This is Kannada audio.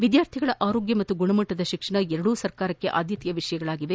ವಿದ್ಯಾರ್ಥಿಗಳ ಆರೋಗ್ಯ ಮತ್ತು ಗುಣಮಟ್ಟದ ಶಿಕ್ಷಣ ಎರಡೂ ಸರ್ಕಾರಕ್ಕೆ ಆದ್ಯತೆಯ ವಿಷಯಗಳಾಗಿವೆ